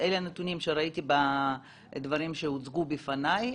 אלה הנתונים שראיתי בדברים שהוצגו בפניי,